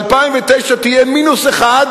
אתם הערכתם ש-2009 תהיה מינוס 1,